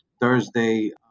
Thursday